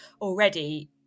already